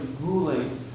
ruling